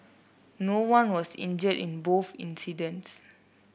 no one was injured in both incidents